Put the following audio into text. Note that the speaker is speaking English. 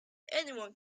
anyone